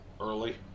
early